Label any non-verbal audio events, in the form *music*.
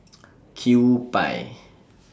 *noise* Kewpie